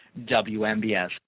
WMBS